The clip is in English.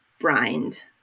brined